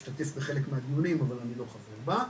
אני משתתף בחלק מהדיונים אבל אני לא חבר בה.